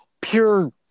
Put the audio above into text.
pure